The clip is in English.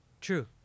True